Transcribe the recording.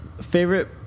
Favorite